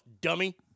dummy